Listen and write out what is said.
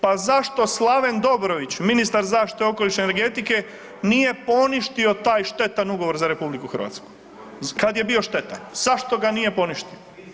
Pa zašto Slaven Dobrović ministar zaštite i okoliša i energetike nije poništio taj štetan ugovor za RH kada je bio štetan, zašto ga nije poništio?